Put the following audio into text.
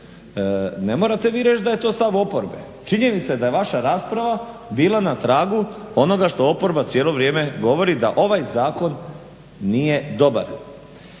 Ne morate vi reći da je to stav oporbe. Činjenica je da je vaša rasprava bila na tragu onoga što oporba cijelo vrijeme govori da ovaj zakon nije dobar.